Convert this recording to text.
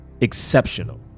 exceptional